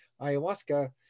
ayahuasca